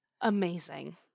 amazing